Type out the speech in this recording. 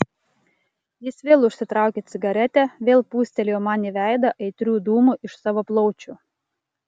jis vėl užsitraukė cigaretę vėl pūstelėjo man į veidą aitrių dūmų iš savo plaučių